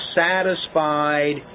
satisfied